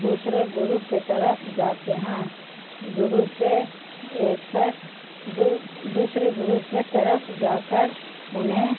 دوسرے گروپ کے طرف جاتے ہیں گروپ کے ایک ساتھ دوسرے گروپ کے طرف جا کر انہیں